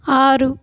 ఆరు